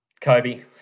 Kobe